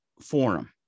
forum